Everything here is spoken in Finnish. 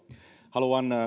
haluan